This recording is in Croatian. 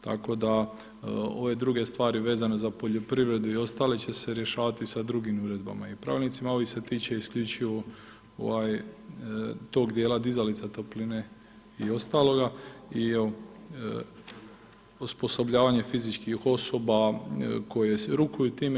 Tako da ove druge stvari vezane za poljoprivredu i ostale će se rješavati sa drugim uredbama i pravilnicima, a ovi se tiču isključivo tog dijela dizalica topline i ostaloga i osposobljavanje fizičkih osoba koje rukuju time.